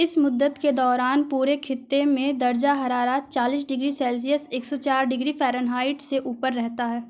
اس مدت کے دوران پورے خطے میں درجہ حرارات چالیس ڈگری سیلسیس ایک سو چار ڈگری فارن ہائٹ سے اوپر رہتا ہے